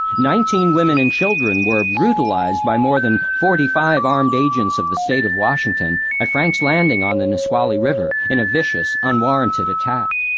nineteen women and children were brutalized by more than forty five armed agents of the state of washington at frank's landing on the nisqually river in a vicious, unwarranted attack.